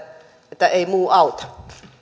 muu ei auta